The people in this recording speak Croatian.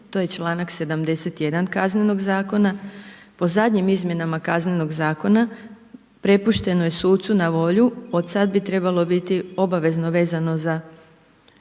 to je članak 71. KZ-a. Po zadnjim izmjenama KZ-a prepušteno je sucu na volju, od sad bi trebalo biti obavezno vezano za